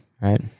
Right